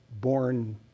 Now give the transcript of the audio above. born